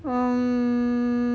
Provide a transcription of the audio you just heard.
um